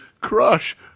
crush